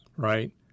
right